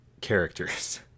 characters